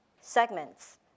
segments